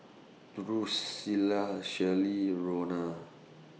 Drusilla Shirley Rona